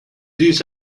dies